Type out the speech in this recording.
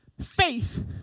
faith